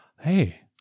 hey –